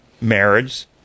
marriage